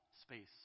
space